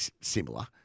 similar